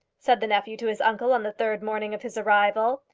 said the nephew to his uncle on the third morning of his arrival.